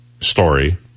story